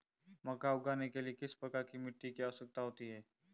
मक्का उगाने के लिए किस प्रकार की मिट्टी की आवश्यकता होती है?